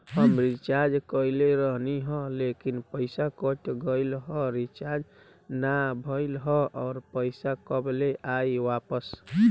हम रीचार्ज कईले रहनी ह लेकिन पईसा कट गएल ह रीचार्ज ना भइल ह और पईसा कब ले आईवापस?